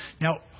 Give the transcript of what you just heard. Now